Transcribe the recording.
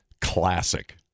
classic